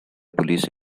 police